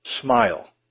smile